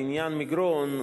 על עניין מגרון,